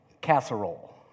Casserole